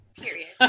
Period